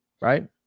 Right